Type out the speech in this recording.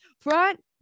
front